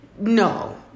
No